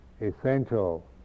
essential